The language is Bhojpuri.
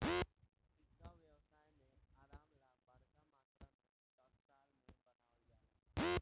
सिक्का व्यवसाय में आराम ला बरका मात्रा में टकसाल में बनावल जाला